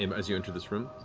um as you entered this room?